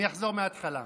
אני אחזור מההתחלה.